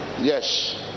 yes